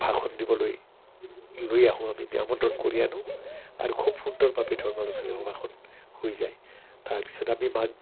ভাষণ দিবলৈ লৈ আহোঁ আমি আমন্ত্ৰণ কৰি আনোঁ আৰু খুব সুন্দৰভাৱে ধৰ্মলোচনী সভাখন হৈ যায় তাৰপিছত আমি মাঘ